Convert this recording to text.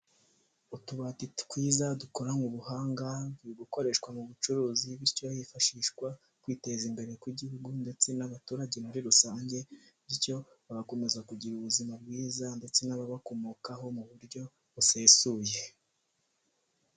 Utubati twiza dukonywe ubuhanga turi gukoreshwa mu bucuruzi, bityo hifashishwa kwiteza imbere kw'igihugu ndetse n'abaturage muri rusange, bityo bagakomeza kugira ubuzima bwiza ndetse n'ababakomokaho mu buryo busesuye.